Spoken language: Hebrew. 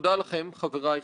ולצוות המופלא שלך,